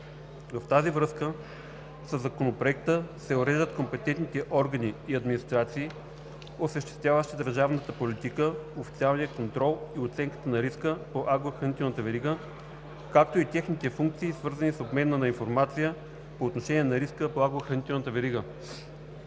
В тази връзка със Законопроекта се уреждат компетентните органи и администрации, осъществяващи държавната политика, официалния контрол и оценката на риска по агрохранителната верига, както и техните функции, свързани с обмена на информация по отношение на риска по